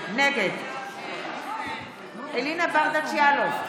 נגד אלינה ברדץ' יאלוב,